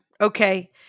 Okay